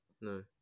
no